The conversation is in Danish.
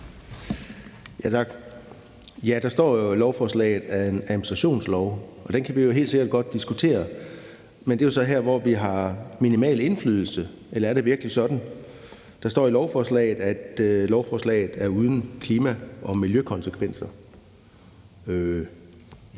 Tak. Der står jo, at lovforslaget er en administrationslov, og den kan vi helt sikkert godt diskutere, men det er jo her, hvor vi har minimal indflydelse. Eller er det virkelig sådan? Der står i lovforslaget, at lovforslaget er uden klima- og miljøkonsekvenser.